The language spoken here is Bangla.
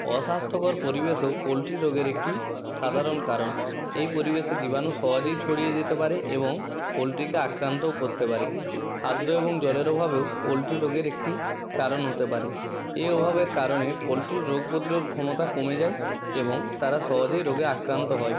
অস্বাস্থ্যকর পরিবেশও পোলট্রি রোগের একটি সাধারণ কারণ এই পরিবেশে জীবাণু সহজেই ছড়িয়ে যেতে পারে এবং পোলট্রিকে আক্রান্তও করতে পারে খাদ্য এবং জলের অভাবও পোলট্রি রোগের একটি কারণ হতে পারে এ অভাবের কারণে পোলট্রির রোগ প্রতিরোধ ক্ষমতা কমে যায় এবং তারা সহজেই রোগে আক্রান্ত হয়